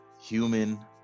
human